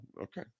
okay